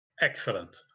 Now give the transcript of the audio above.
Excellent